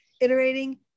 iterating